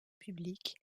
public